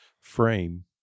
frame